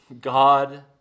God